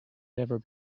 never